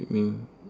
it mean